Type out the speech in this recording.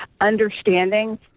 understanding